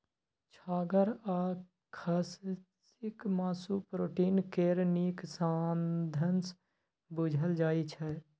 छागर आ खस्सीक मासु प्रोटीन केर नीक साधंश बुझल जाइ छै